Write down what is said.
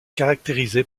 caractérisée